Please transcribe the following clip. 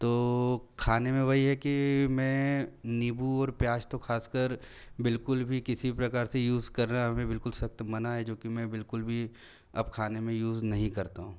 तो खाने में वही है कि मैं नींबू और प्याज तो खासकर बिल्कुल भी किसी भी प्रकार से यूज़ करना हमें बिलकुल सख्त मना है जो कि मैं बिल्कुल भी अब खाने में यूज़ नहीं करता हूँ